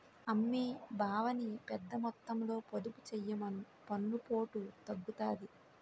అమ్మీ బావని పెద్దమొత్తంలో పొదుపు చెయ్యమను పన్నుపోటు తగ్గుతాది